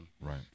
right